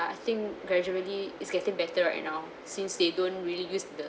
think gradually it's getting better right now since they don't really use the